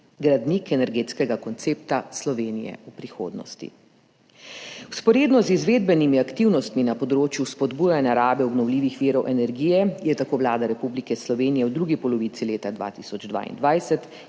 gradnik energetskega koncepta Slovenije v prihodnosti. Vzporedno z izvedbenimi aktivnostmi na področju spodbujanja rabe obnovljivih virov energije je tako Vlada Republike Slovenije v drugi polovici leta 2022